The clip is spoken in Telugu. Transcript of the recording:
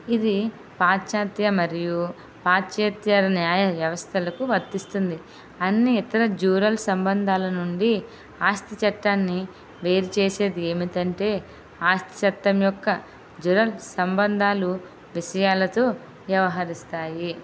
ఇది పాశ్చాత మరియు పాశ్చాతన్యాయ వ్యవస్థలకు వర్తిస్తుంది అన్నీ ఇతర జుడీష్యల్ సంబంధాల నుండి ఆస్తి చట్టాన్ని వేరు చేసేది ఏంటంటే ఆస్తి చట్టం యొక్క జుడీష్యల్ సంబంధాలు విషయాలతో వ్యవహరిస్తాయి